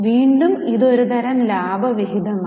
വീണ്ടും ഇത് ഒരു തരം ലാഭവിഹിതമാണ്